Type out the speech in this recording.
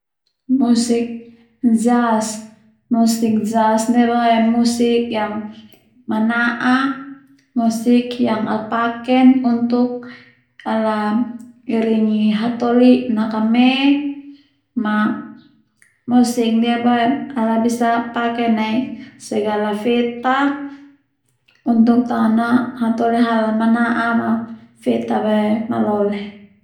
Musik jas ndia boe musik yang mana'a musik yang al paken untuk ala iringi hatoli nakame ma musik ndia boe ala bisa paken nai segala feta untuk tao na hatoli halan mana'a ma feta boe malole.